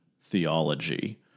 theology